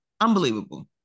unbelievable